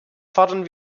fordern